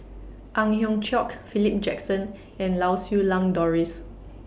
Ang Hiong Chiok Philip Jackson and Lau Siew Lang Doris